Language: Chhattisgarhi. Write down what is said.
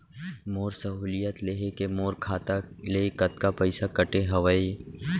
मोर सहुलियत लेहे के मोर खाता ले कतका पइसा कटे हवये?